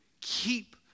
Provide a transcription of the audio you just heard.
keep